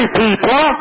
people